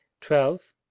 twelve